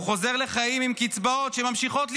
הוא חוזר לחיים עם קצבאות שממשיכות לזרום: